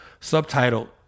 subtitled